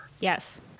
Yes